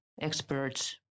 experts